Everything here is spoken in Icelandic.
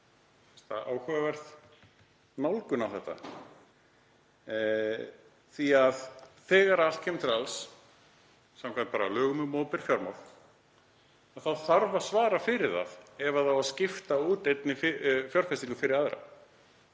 það áhugaverð nálgun á þetta. Þegar allt kemur til alls, samkvæmt lögum um opinber fjármál, þá þarf að svara fyrir það ef það á að skipta út einni fjárfestingu fyrir aðra.